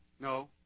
no